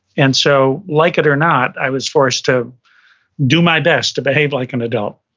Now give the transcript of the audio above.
and so like it or not, i was forced to do my best to behave like an adult